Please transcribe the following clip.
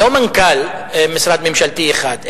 מנכ"ל משרד ממשלתי אחד,